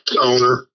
owner